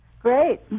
Great